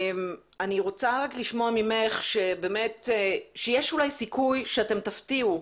אני רוצה רק לשמוע ממך שיש אולי סיכוי שאתם תפתיעו,